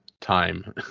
time